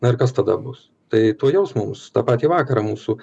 na ir kas tada bus tai tuojaus mums tą patį vakarą mūsų